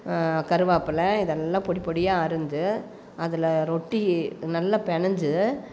கருவேப்பில இதெல்லாம் பொடி பொடியாக அரிந்து அதில் ரொட்டி நல்லா பெசைஞ்சு